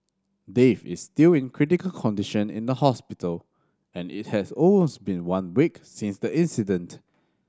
Dave is still in critical condition in the hospital and it has almost been one week since the incident